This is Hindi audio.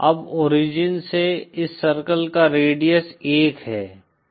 अब ओरिजिन से इस सर्कल का रेडियस 1 है